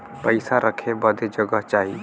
पइसा रखे बदे जगह चाही